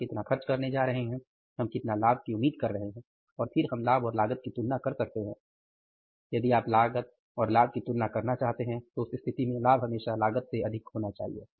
हम कितना खर्च करने जा रहे हैं हम कितने लाभ की उम्मीद कर रहे हैं और फिर हम तुलना कर सकते हैं और यदि आप लागत और लाभ की तुलना करना चाहते हैं तो उस स्थिति में लाभ हमेशा लागत से अधिक होना चाहिए